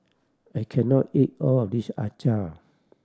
I can not eat all of this acar